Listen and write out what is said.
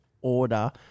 order